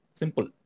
simple